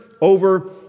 over